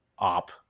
Op